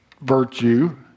virtue